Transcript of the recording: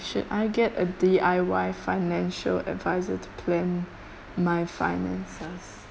should I get a D_I_Y financial advisor to plan my finances